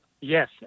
yes